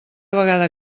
vegada